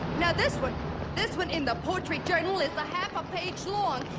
now, this one this one in the poetry journal is a half a page long.